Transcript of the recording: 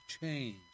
change